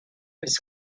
was